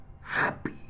happy